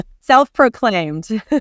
self-proclaimed